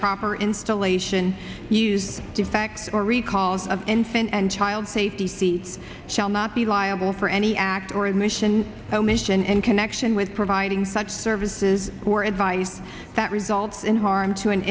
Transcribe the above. proper installation use defects or recalls of infant and child safety seat shall not be liable for any act or admission omission and connection with providing such services or advice that results in harm to an